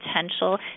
potential